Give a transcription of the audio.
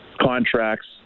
contracts